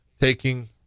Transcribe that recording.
taking